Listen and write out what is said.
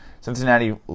Cincinnati